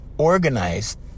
Organized